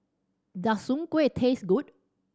does Soon Kuih taste good